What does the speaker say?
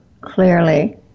clearly